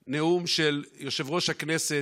נאום של יושב-ראש הכנסת